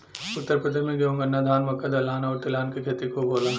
उत्तर प्रदेश में गेंहू, गन्ना, धान, मक्का, दलहन आउर तिलहन के खेती खूब होला